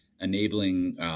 enabling